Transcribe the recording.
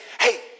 hey